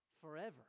forever